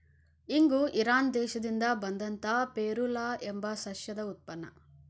ಇಂಗು ಇರಾನ್ ದೇಶದಿಂದ ಬಂದಂತಾ ಫೆರುಲಾ ಎಂಬ ಸಸ್ಯದ ಉತ್ಪನ್ನ